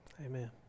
Amen